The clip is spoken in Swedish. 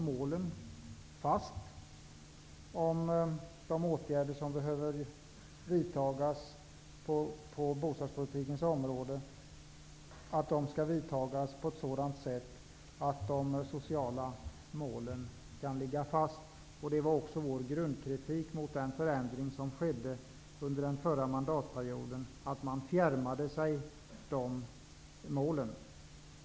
Målen för de åtgärder som behöver vidtas på bostadspolitikens område ligger fast. Åtgärderna skall vidtas på ett sådant sätt att de sociala målen kan ligga fast. Vår grundkritik mot den förändring som skedde under den förra mandatperioden var också att man fjärmade sig från dessa mål.